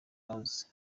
house